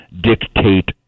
dictate